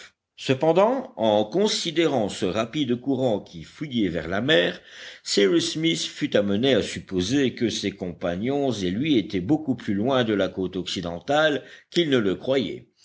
cependant en considérant ce rapide courant qui fuyait vers la mer cyrus smith fut amené à supposer que ses compagnons et lui étaient beaucoup plus loin de la côte